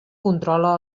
controla